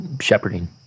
shepherding